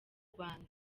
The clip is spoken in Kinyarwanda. rwanda